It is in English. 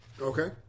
Okay